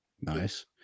Nice